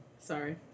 Sorry